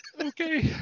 Okay